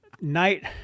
Night